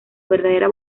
verdadera